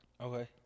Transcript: Okay